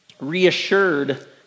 reassured